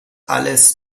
alles